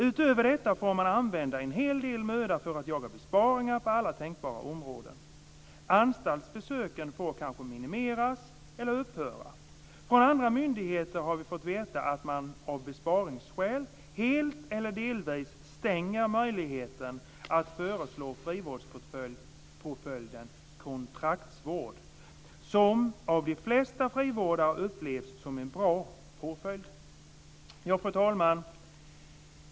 Utöver detta får man använda en hel del möda på att jaga besparingar på alla tänkbara områden, anstaltsbesöken får kanske minimeras eller upphöra. Från andra myndigheter har vi fått veta att man, 'av besparingsskäl', helt eller delvis stänger möjligheten att föreslå frivårdspåföljden kontraktsvård, som av de flesta frivårdare upplevs som en bra påföljd." Fru talman!